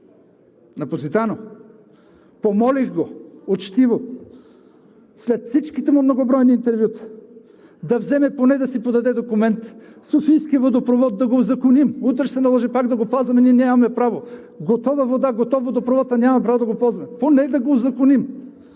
„Позитано“ го помолих учтиво, след всичките му многобройни интервюта, да вземе поне да си подаде документ софийския водопровод да го узаконим. Утре ще се наложи пак да го ползваме, ние нямаме право. Готова вода, готов водопровод, а нямаме право да го ползваме. Поне да го узаконим.